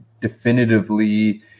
definitively